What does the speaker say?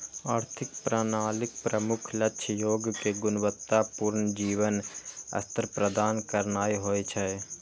आर्थिक प्रणालीक प्रमुख लक्ष्य लोग कें गुणवत्ता पूर्ण जीवन स्तर प्रदान करनाय होइ छै